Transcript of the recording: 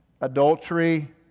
Adultery